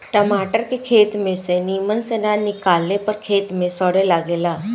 टमाटर के खेत में से निमन से ना निकाले पर खेते में सड़े लगेला